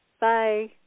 Bye